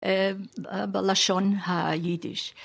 בלשון היידיש.